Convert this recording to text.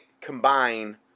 combine